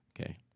Okay